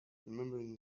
remembering